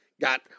got